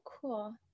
cool